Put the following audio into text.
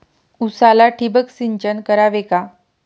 उसाला ठिबक सिंचन करावे का?